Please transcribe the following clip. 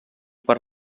per